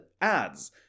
ads